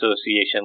Association